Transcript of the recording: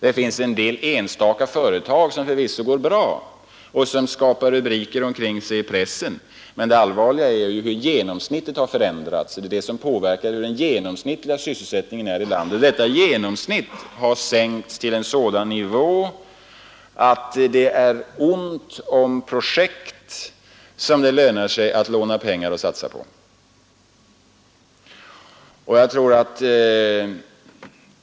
En del enstaka företag går förvisso bra och skapar rubriker omkring sig i pressen, men det allvarliga är ju hur genomsnittet har förändrats och påverkat sysselsättningen i landet. Detta genomsnitt har sänkts till en sådan nivå att det är ont om projekt som det lönar sig att låna pengar till och satsa på.